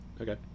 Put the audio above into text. Okay